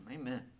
amen